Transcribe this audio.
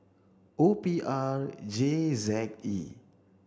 O P R J Z E